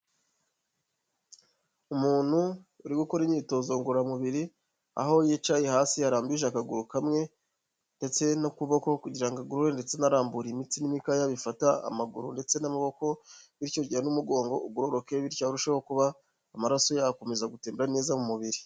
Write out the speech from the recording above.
Umuntu uri gukora imyitozo ngororamubiri, aho yicaye hasi yarambije akaguru kamwe ndetse n'ukuboko kugira ngo agorore ndetse anarambura imitsi n'imikaya bifata amaguru ndetse n'amaboko, bityo kugira ngo n'umugongo ugororoke, bityo arusheho kuba amaraso yakomeza gutembera neza mu mubiri.